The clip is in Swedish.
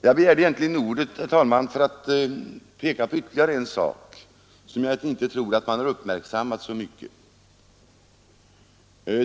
Jag begärde egentligen ordet, herr talman, för att peka på ytterligare en sak, som jag inte tror att man har uppmärksammat så mycket.